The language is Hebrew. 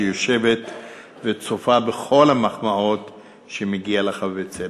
שיושבת וצופה בכל המחמאות שמגיעות לך בצדק.